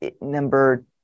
number